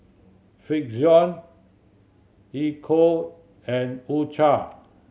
Frixion Ecco and U Cha